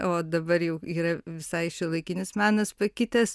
o dabar jau yra visai šiuolaikinis menas pakitęs